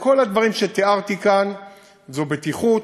כל הדברים שתיארתי כאן זה בטיחות,